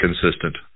consistent